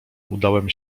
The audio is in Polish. udałem